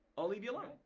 i'll leave you alone,